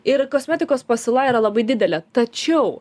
ir kosmetikos pasiūla yra labai didelė tačiau